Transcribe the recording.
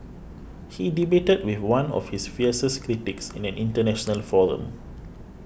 he debated with one of his fiercest critics in an international forum